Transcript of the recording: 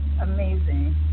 amazing